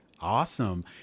Awesome